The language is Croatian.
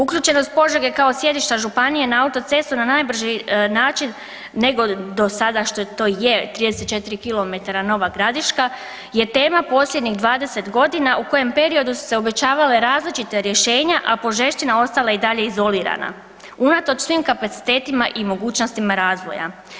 Uključenost Požege kao sjedišta županije na autocestu na najbrži način nego do sada što to je 34 km Nova Gradiška je tema posljednjih 20.g. u kojem periodu su se obećavala različita rješenja, a požešćina ostala i dalje izolirana unatoč svim kapacitetima i mogućnostima razvoja.